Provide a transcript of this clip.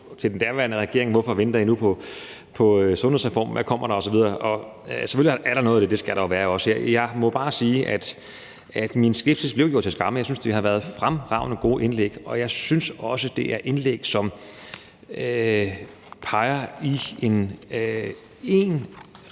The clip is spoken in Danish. til den daværende regering: Hvorfor venter I nu på sundhedsreformen, hvad kommer der, osv.? Selvfølgelig er der noget i det; det skal der jo være, også her. Jeg må bare sige, at min skepsis blev gjort til skamme. Jeg synes, at det har været fremragende, gode indlæg, og jeg synes også, det er indlæg, som peger i én retning,